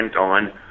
on